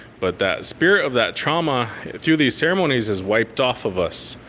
but that spirit of that trauma through these ceremonies is wiped off of us.